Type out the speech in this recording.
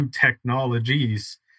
technologies